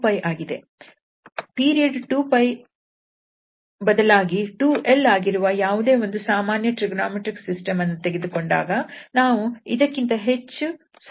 period 2𝜋 ನ ಬದಲಾಗಿ 2𝑙 ಆಗಿರುವ ಯಾವುದೇ ಒಂದು ಸಾಮಾನ್ಯ ಟ್ರಿಗೊನೋಮೆಟ್ರಿಕ್ ಸಿಸ್ಟಮ್ ಅನ್ನು ತೆಗೆದುಕೊಂಡಾಗ ನಾವು ಇದಕ್ಕಿಂತ ಹೆಚ್ಚು ಸಾಮಾನ್ಯವಾದ ಪ್ರಮೇಯವನ್ನು ಪಡೆಯಬಹುದು